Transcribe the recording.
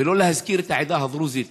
ולא להזכיר את העדה הדרוזית